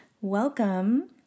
welcome